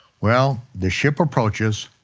well, the ship approaches,